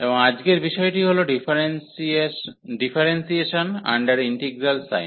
এবং আজকের বিষয়টি হল ডিফারেন্সিয়েশন আন্ডার ইন্টিগ্রাল সাইন